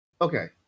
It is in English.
Okay